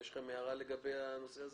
יש לכם הערה לגבי הגדרת "חברת גבייה"?